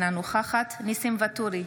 אינה נוכחת ניסים ואטורי,